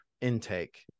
intake